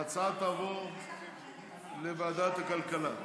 ההצעה תעבור לוועדת הכלכלה.